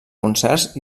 concerts